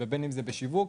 בין בשיווק.